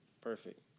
Perfect